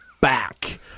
back